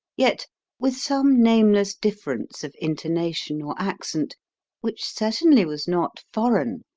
yet with some nameless difference of intonation or accent which certainly was not foreign,